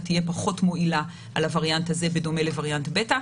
תהיה פחות מועילה על הווריאנט הזה בדומה לווריאנט ביתא.